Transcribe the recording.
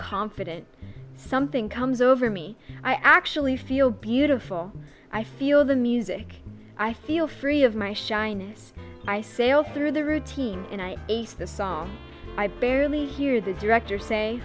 confident something comes over me i actually feel beautiful i feel the music i feel free of my shyness i sail through the routine and i aced the song i barely hear the director say